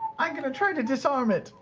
i'm going to try to disarm it.